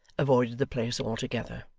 avoided the place altogether.